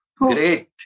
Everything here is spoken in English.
Great